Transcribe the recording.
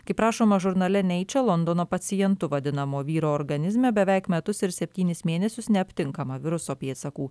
kaip rašoma žurnale neiče londono pacientu vadinamo vyro organizme beveik metus ir septynis mėnesius neaptinkama viruso pėdsakų